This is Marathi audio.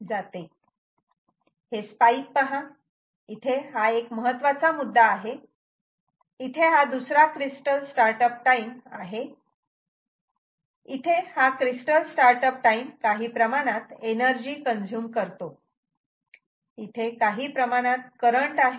हे स्पाईक पहा इथे हा एक महत्त्वाचा मुद्दा आहे इथे हा दुसरा क्रिस्टल स्टार्टअप टाईम आहे इथे हा क्रिस्टल स्टार्टअप टाईम काही प्रमाणात एनर्जी काँझुम करतो इथे काही प्रमाणात करंट आहे